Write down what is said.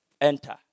enter